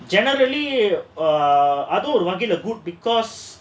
generally err அதுவும்:adhuvum because